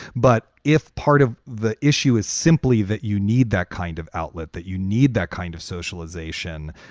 but if part of the issue is simply that you need that kind of outlet, that you need that kind of socialization,